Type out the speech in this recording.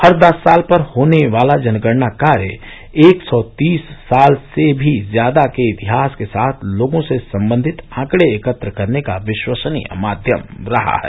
हर दस साल पर होने वाला जनगणना कार्य एक सौ तीस साल से भी ज्यादा के इतिहास के साथ लोगों से संबंधित आंकड़े एकत्र करने का विश्वसनीय माध्यम रहा है